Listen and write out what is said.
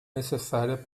necessária